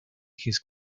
his